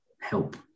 help